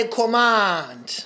command